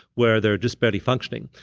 where they're just barely functioning.